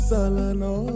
Salano